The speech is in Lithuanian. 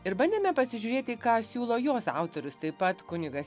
ir bandėme pasižiūrėti ką siūlo jos autorius taip pat kunigas